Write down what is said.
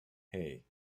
hey